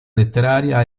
letteraria